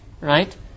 Right